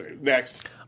Next